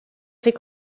fait